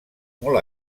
molt